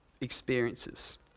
experiences